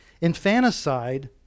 Infanticide